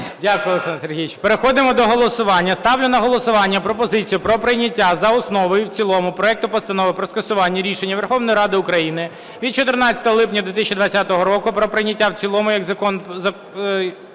Дякую, Олександр Сергійович. Переходимо до голосування. Ставлю на голосування пропозицію про прийняття за основу і в цілому проекту Постанови про скасування рішення Верховної Ради України від 14 липня 2020 року про прийняття в цілому як закону проект